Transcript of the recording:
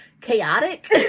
chaotic